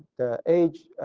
the age